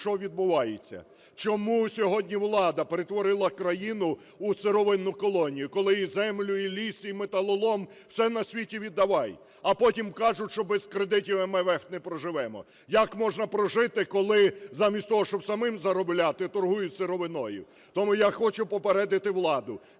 що відбувається? Чому сьогодні влада перетворила країну у сировинну колонію, коли і землю, і ліс, і металолом – все на світ віддавай? А потім кажуть, що без кредитів МВФ не проживемо. Як можна прожити, коли замість того, щоб самим заробляти, торгують сировиною? Тому я хочу попередити владу: